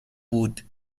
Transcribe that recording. بود